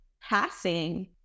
passing